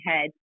head